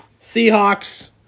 Seahawks